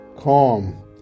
calm